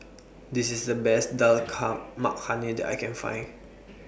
This IS The Best Dal Makhani that I Can Find